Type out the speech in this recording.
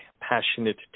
passionate